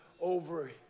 over